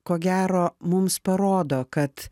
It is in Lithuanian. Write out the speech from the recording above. ko gero mums parodo kad